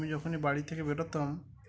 আমি যখনই বাড়ি থেকে বেরোতাম